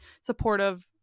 supportive